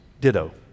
ditto